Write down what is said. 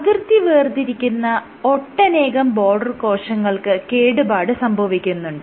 അതിർത്തി വേർതിരിക്കുന്ന ഒട്ടനേകം ബോർഡർ കോശങ്ങൾക്ക് കേടുപാട് സംഭവിക്കുന്നുണ്ട്